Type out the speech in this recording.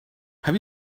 have